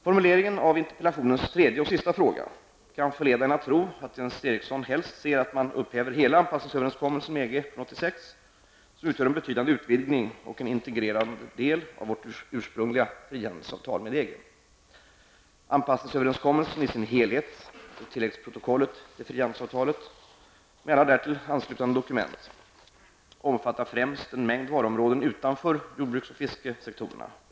Formuleringen av interpellationens tredje och sista fråga kan förleda en att tro att Jens Eriksson helst ser att man upphäver hela anpassningsöverenskommelsen med EG från 1986, som utgör en betydande utvidgning och en integrerande del av vårt ursprungliga frihandelsavtal med EG. ''tilläggsprotokollet'' till frihandelsavtalet med alla därtill anslutande dokument, omfattar främst en mängd varuområden utanför jordbruks och fiskesektorerna.